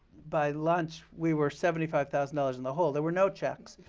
by lunch, we were seventy five thousand dollars in the hole. there were no checks.